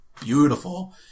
beautiful